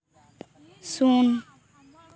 ᱥᱩᱱ